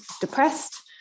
depressed